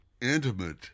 intimate